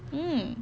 mm